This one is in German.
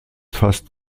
fast